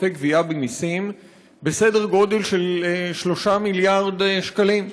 עודפי גביית מסים בסדר גודל של 3 מיליארד שקלים.